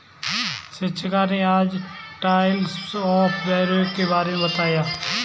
शिक्षिका ने आज टाइप्स ऑफ़ बोरोवर के बारे में पढ़ाया है